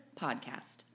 Podcast